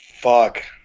fuck